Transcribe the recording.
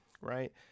right